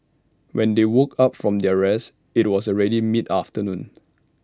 when they woke up from their rest IT was already mid afternoon